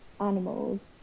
animals